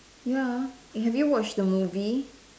ya ah have you watched the movie